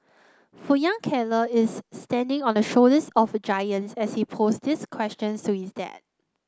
for young Keller is standing on the shoulders of giants as he pose these questions to his dad